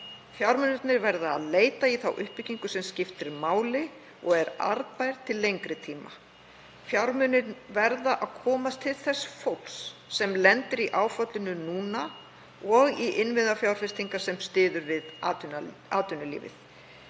Fjármunirnir verða að leita í þá uppbyggingu sem skiptir máli og er arðbær til lengri tíma. Fjármunir verða að komast til þess fólks sem lendir í áfallinu núna og í innviðafjárfestingar sem styðja við atvinnulífið.